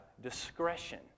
discretion